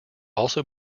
also